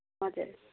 हजुर